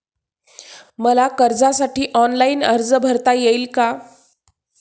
मला कर्जासाठी ऑनलाइन अर्ज भरता येईल का?